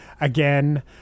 again